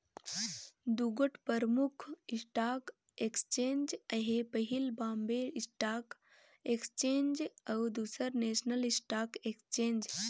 दुगोट परमुख stock exchange अहे पहिल बॉम्बे स्टाक एक्सचेंज अउ दूसर नेसनल स्टॉक एक्सचेंज